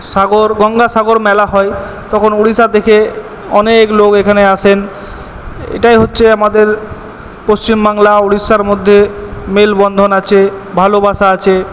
সাগর গঙ্গাসাগর মেলা হয় তখন উড়িষ্যা থেকে অনেক লোক এখানে আসেন এটাই হচ্ছে আমাদের পশ্চিমবাংলা উড়িষ্যার মধ্যে মেলবন্ধন আছে ভালোবাসা আছে